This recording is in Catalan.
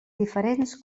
diferents